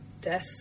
death